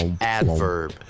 adverb